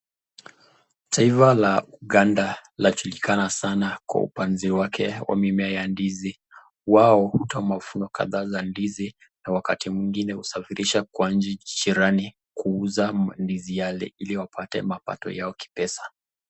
Taifa la Uganda lajulikana sana kwa upanzi wake wa mimea wa ndizi, wao hutoa mavuno kadhaa za ndizi, na wakati mwengine husafirisha kwa nchi jirani kuuza mavuno yale, ili wapate mapato yao kipesa.